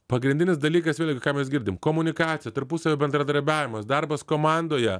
pagrindinis dalykas vėlgi ką mes girdim komunikacija tarpusavio bendradarbiavimas darbas komandoje